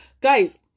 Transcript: Guys